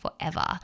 forever